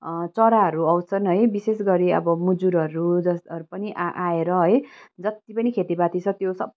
चराहरू आउँछन् है विशेष गरी अब मुजुरहरू जस आ आएर है जत्ति पनि खेतीपाती छ त्यो